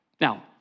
Now